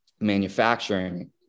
manufacturing